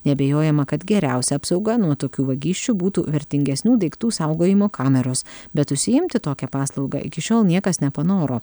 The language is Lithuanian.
neabejojama kad geriausia apsauga nuo tokių vagysčių būtų vertingesnių daiktų saugojimo kameros bet užsiimti tokia paslauga iki šiol niekas nepanoro